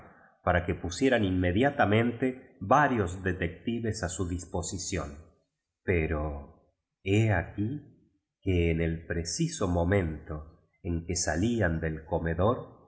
para que pusieran inmediatamente varios detn ti ves a su disposición pero be aquí que en el preciso momento en que salín ti del comedor